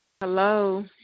Hello